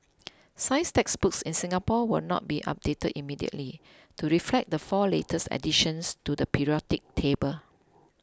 science textbooks in Singapore will not be updated immediately to reflect the four latest additions to the periodic table